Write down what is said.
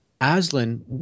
Aslan